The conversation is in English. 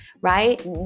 right